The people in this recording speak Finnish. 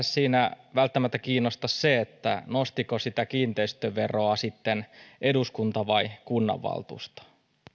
siinä sinänsä välttämättä kiinnosta se nostiko sitä kiinteistöveroa sitten eduskunta vai kunnanvaltuusto